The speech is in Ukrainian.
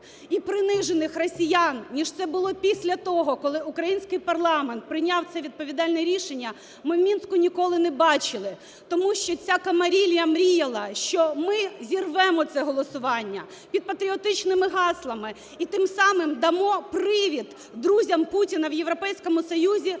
і принижених росіян ніж це було після того, коли український парламент прийняв це відповідальне рішення, ми в Мінську ніколи не бачили. Тому що ця комарілія мріяла, що ми зірвемо це голосування під патріотичними гаслами і тим самим дамо привід друзям Путіна в Європейському Союзі